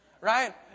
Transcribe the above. right